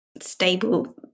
stable